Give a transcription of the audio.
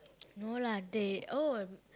no lah they oh